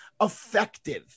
effective